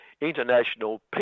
International